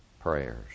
prayers